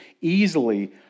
easily